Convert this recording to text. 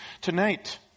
tonight